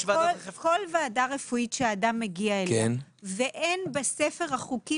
כל ועדה רפואית שאדם מגיע אליה ואין בספר החוקים